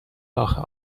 آخه